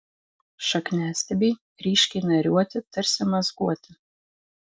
šakniastiebiai ryškiai nariuoti tarsi mazguoti